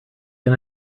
can